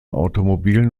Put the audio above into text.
automobil